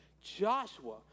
Joshua